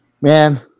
man